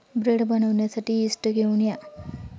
bread बनवण्यासाठी yeast घेऊन या